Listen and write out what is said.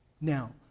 now